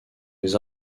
les